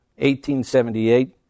1878